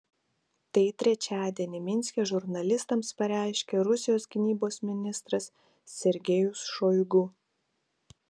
tai trečiadienį minske žurnalistams pareiškė rusijos gynybos ministras sergejus šoigu